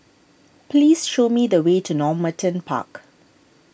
please show me the way to Normanton Park